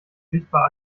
sichtbar